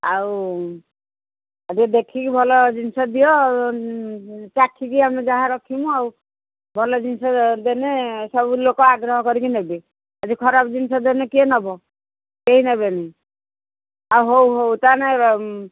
ଆଉ ଟିକେ ଦେଖିକି ଭଲ ଜିନିଷ ଦିଅ ଚାଖିକି ଆମେ ଯାହା ରଖିବୁ ଆଉ ଭଲ ଜିନିଷ ଦେଲେ ସବୁ ଲୋକ ଆଗ୍ରହ କରିକି ନେବେ ଆଜି ଖରାପ ଜିନିଷ ଦେଲେେ କିଏ ନେବ କେହି ନେବେନି ଆଉ ହଉ ହଉ ତାହାଲେ